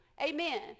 amen